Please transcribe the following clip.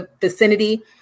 vicinity